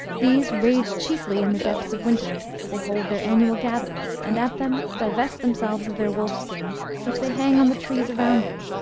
these rage chiefly in the depths of winter they hold their annual gatherings, and at them divest themselves of their wolf-skins, which they hang on the trees around them.